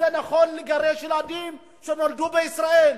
אם זה נכון לגרש ילדים שנולדו בישראל,